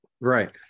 right